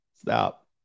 Stop